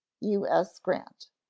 u s. grant.